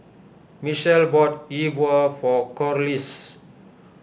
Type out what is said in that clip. Michal bought Yi Bua for Corliss